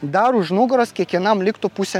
dar už nugaros kiekienam liktų pusę